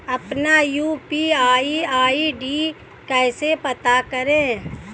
अपना UPI ID कैसे पता करें?